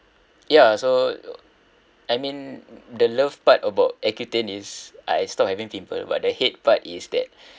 yeah so I mean the love part about accutane is I stop having pimple but the hate part is that